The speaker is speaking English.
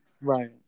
Right